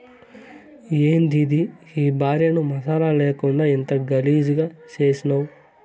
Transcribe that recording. యాందిది ఈ భార్యని మసాలా లేకుండా ఇంత గలీజుగా చేసినావ్